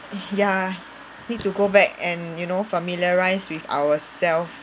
ya need to go back and you know familiarise with ourself